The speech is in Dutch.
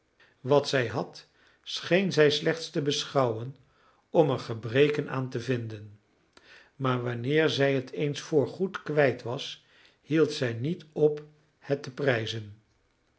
wat zij had scheen zij slechts te beschouwen om er gebreken aan te vinden maar wanneer zij het eens voorgoed kwijt was hield zij niet op het te prijzen